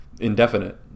indefinite